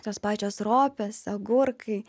tos pačios ropės agurkai